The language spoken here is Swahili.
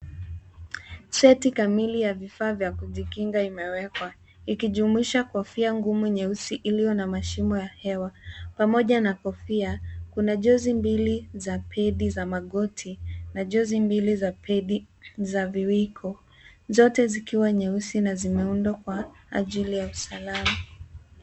Seti kamili ya vifaa vya kujikinga imewekwa. Ikijumuisha kofia ngumu nyeusi iliyo na mashimo ya hewa. Pamoja na kofia, kuna juzi mbili za pedi za magoti na juzi mbili za pedi za viwiko, zote zikiwa nyeusi na zimeundwa kwa ajili ya usalama.